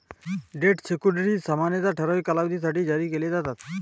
date securities सामान्यतः ठराविक कालावधीसाठी जारी केले जातात